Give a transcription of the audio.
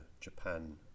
Japan